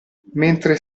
mentre